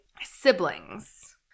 siblings